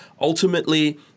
Ultimately